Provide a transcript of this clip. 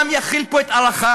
וגם יחיל פה את ערכיו,